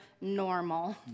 normal